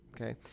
Okay